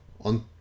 On